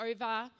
over